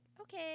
okay